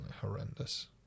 Horrendous